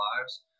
lives